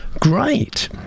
Great